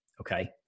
Okay